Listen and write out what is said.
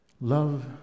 Love